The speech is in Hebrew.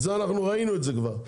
ראינו את זה כבר.